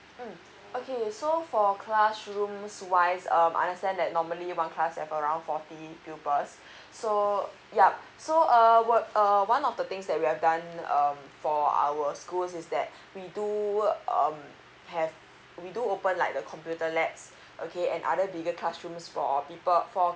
mm okay so for classrooms wise um I understand that normally one class have around forty pupils so yeah so uh one of the things that we have done um for our schools is that we do um have we do open like the computer labs okay and other bigger classrooms for people for